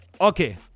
Okay